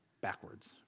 backwards